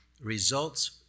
results